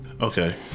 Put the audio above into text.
Okay